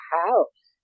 house